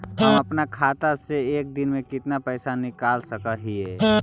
हम अपन खाता से एक दिन में कितना पैसा निकाल सक हिय?